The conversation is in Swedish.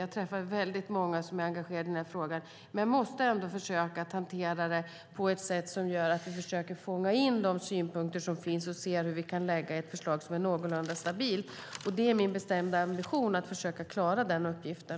Jag träffar väldigt många som är engagerade i den här frågan, men jag måste ändå försöka hantera den på ett sätt som gör att vi fångar in de synpunkter som finns så att vi kan lägga fram ett förslag som är någorlunda stabilt. Det är min bestämda ambition att försöka klara den uppgiften.